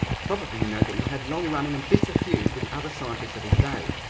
probably you know that he had long running and bitter feuds with other scientists of his day.